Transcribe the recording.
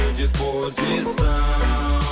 disposição